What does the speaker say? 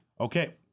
Okay